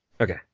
Okay